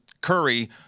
Curry